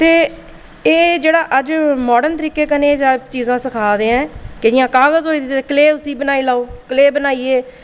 ते एह् जेह्ड़ा अज्ज मॉर्डन तरीके कन्नै चीजां सखांदे है'न जि'यां कागज़ होइये किश बी बनाई लेओ क्लेऽ बनाइयै